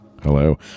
hello